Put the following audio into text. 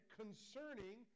concerning